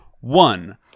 One